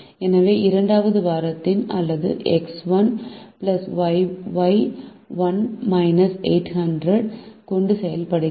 எனவே இரண்டாவது வாரத்திற்கு அதன் எக்ஸ் 1 ஒய் 1 800 X1Y1 800 கொண்டு செல்லப்படுகிறது